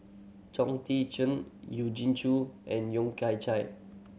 Chong Tze Chien Eugene and Yeo Kian Chye